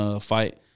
fight